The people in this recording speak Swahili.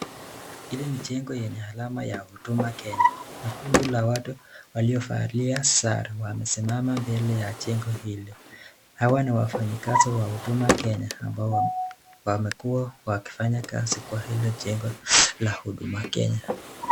Hili ni jengo yenye alama ya huduma kenya, na kundi la watu waliovalia sare wamesimama mbele ya jengo hili, hawa ni wafanyikazi wa huduma kenya ambao wamekuwa wakifanya kazi kwa hilo jengo la huduma kenya.